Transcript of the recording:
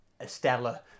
Estella